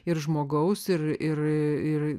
ir žmogaus ir ir